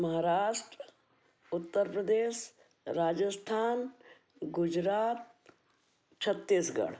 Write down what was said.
Maharashtra Uttar Pradesh Rajasthan Gujarat Chhattisgarh